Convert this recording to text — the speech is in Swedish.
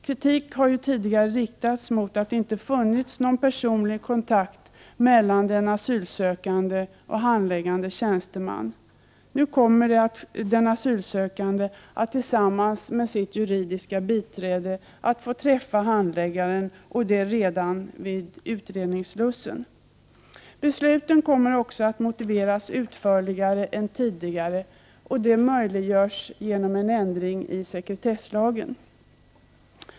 Kritik har ju tidigare riktats mot att det inte har funnits någon personlig kontakt mellan den asylsökande och den handläggande tjänstemannen. Nu kommer den asylsökande att tillsammans med sitt juridiska biträde få träffa handläggaren och det redan vid utredningsslussen. Besluten kommer att motiveras utförligare än hittills. Detta möjliggörs genom en ändring i sekretesslagen.